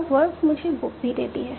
अब वर्ब मुझे बुक भी देती है